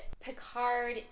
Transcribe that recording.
Picard